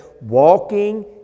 walking